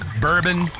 bourbon